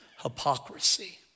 hypocrisy